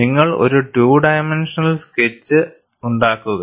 നിങ്ങൾ ഒരു two dimensional sketch ഉണ്ടാക്കുക